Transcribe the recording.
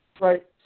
Right